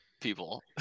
people